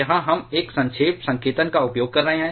यहां हम एक संक्षेप संकेतन का उपयोग कर रहे हैं